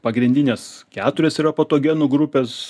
pagrindinės keturios yra patogenų grupės